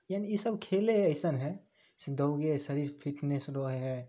यानि ईसब खेले अइसन हइ से दौगे शरीर फिटनेस रहै हइ